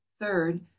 third